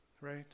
right